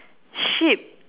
sheep